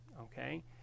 okay